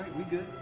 we good.